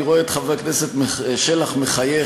אני רואה את חבר הכנסת שלח מחייך,